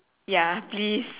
ya please